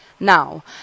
Now